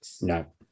no